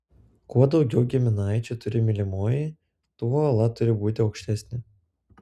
kuo daugiau giminaičių turi mylimoji tuo uola turi būti aukštesnė